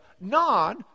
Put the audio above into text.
non